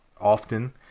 often